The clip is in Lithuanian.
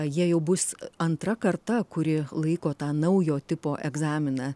jie jau bus antra karta kuri laiko tą naujo tipo egzaminą